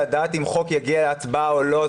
לדעת אם הצעת חוק תגיע להצבעה או לא,